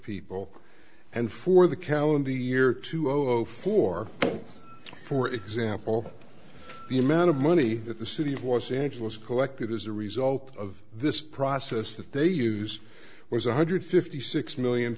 people and for the calendar year two zero zero four for example the amount of money that the city of los angeles collected as a result of this process that they used was one hundred fifty six million